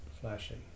flashing